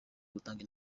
ugutanga